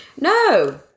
No